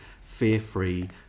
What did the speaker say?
fear-free